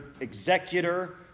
executor